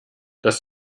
dass